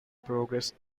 progress